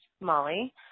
Molly